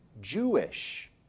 Jewish